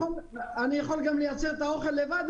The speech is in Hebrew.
אני יכול גם לייצר את האוכל לבד,